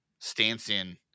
Stanson